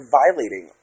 violating